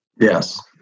yes